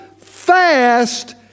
fast